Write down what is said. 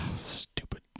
stupid